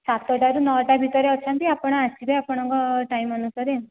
ସାତଟାରୁ ନଅଟା ଭିତରେ ଅଛନ୍ତି ଆପଣ ଆସିବେ ଆପଣଙ୍କ ଟାଇମ ଅନୁସାରେ